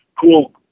cool